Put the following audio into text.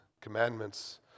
commandments